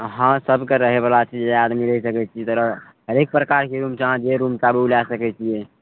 हँ सबके रहयवला छै जे आदमी रहि सकय छी तरह हरेक प्रकारके रूम छै अहाँ जे रूम चाहु लए सकय छियै